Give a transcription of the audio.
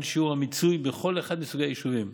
שיעור המיצוי בכל אחד מסוגי היישובים,